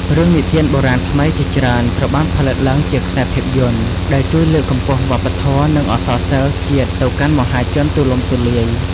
រឿងនិទានបុរាណខ្មែរជាច្រើនត្រូវបានផលិតឡើងជាខ្សែភាពយន្ត ដែលជួយលើកកម្ពស់វប្បធម៌ និងអក្សរសិល្ប៍ជាតិទៅកាន់មហាជនទូលំទូលាយ។